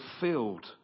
filled